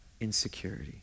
insecurity